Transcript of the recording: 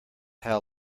how